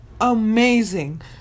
amazing